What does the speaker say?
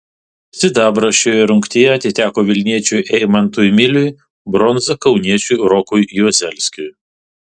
sidabras šioje rungtyje atiteko vilniečiui eimantui miliui bronza kauniečiui rokui juozelskiui